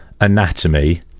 anatomy